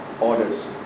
orders